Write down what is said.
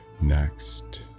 Next